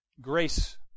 Grace